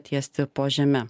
tiesti po žeme